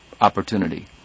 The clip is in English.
opportunity